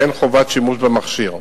ואין חובת שימוש במכשיר.